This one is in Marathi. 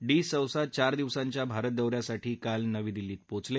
डी सौसा चार दिवसांच्या भारत दौऱ्यासाठी काल नवी दिल्लीत पोचले